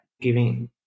giving